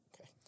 Okay